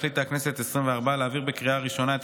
החליטה הכנסת העשרים-וארבע להעביר בקריאה הראשונה את